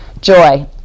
joy